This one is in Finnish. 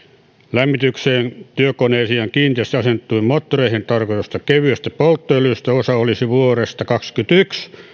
lämmitykseen työkoneisiin ja kiinteästi asennettuihin moottoreihin tarkoitetusta kevyestä polttoöljystä osa olisi vuodesta kaksikymmentäyksi